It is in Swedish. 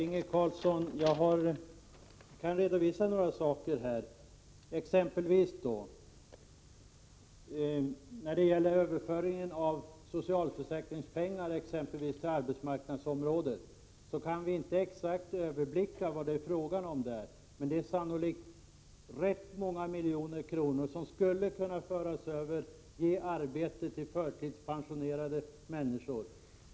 Herr talman! Jag kan redovisa några saker för Inge Carlsson. När det gäller överföringen av socialförsäkringspengar till arbetsmarknadsområdet kan vi inte exakt överblicka vad det rör sig om där, men det är sannolikt rätt många miljoner som skulle kunna föras över och ge arbete åt förtidspensionerade människor.